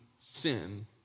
sin